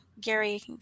Gary